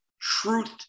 truth